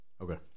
okay